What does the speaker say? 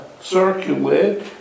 circulate